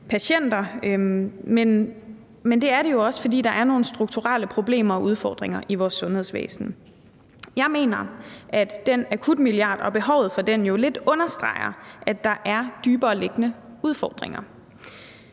patienter, men jo også på grund af nogle strukturelle problemer og udfordringer i vores sundhedsvæsen. Jeg mener, at den akutmilliard og behovet for den jo lidt understreger, at der er dybereliggende udfordringer.